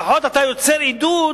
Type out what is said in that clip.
לפחות אתה יוצר עידוד